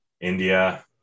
India